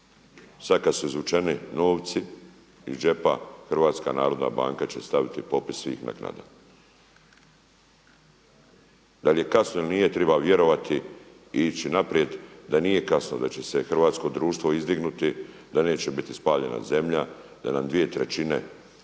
sada kada su izvučeni novci HNB će staviti popis svih naknada. Da li je kasno ili nije, treba vjerovati i ići naprijed da nije kasno da će se hrvatsko društvo izdignuti da neće biti spaljena zemlja, da nam dvije trećine